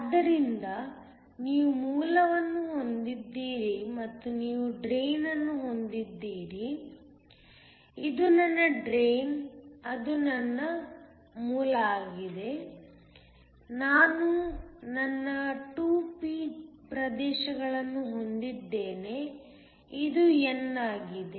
ಆದ್ದರಿಂದ ನೀವು ಮೂಲವನ್ನು ಹೊಂದಿದ್ದೀರಿ ಮತ್ತು ನೀವು ಡ್ರೈನ್ ಅನ್ನು ಹೊಂದಿದ್ದೀರಿ ಇದು ನನ್ನ ಡ್ರೈನ್ ಅದು ನನ್ನ ಮೂಲವಾಗಿದೆ ನಾನು ನನ್ನ 2 p ಪ್ರದೇಶಗಳನ್ನು ಹೊಂದಿದ್ದೇನೆ ಇದು n ಆಗಿದೆ